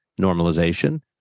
normalization